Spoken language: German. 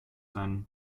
seinen